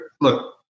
look